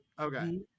okay